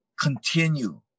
continue